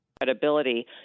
credibility